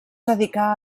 dedicà